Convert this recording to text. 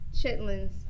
chitlins